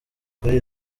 kuri